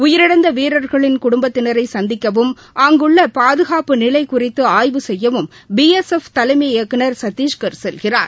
உயிரிழந்தவீரர்களின் குடும்பத்தினரைசந்திக்கவும் அங்குள்ளபாதுகாப்பு நிலைகுறித்துஆய்வு செய்யவும் பி எஸ் எஃப் தலைமை இயக்குநர் சத்தீஸ்கர் செல்கிறார்